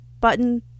button